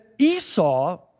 Esau